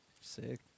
Sick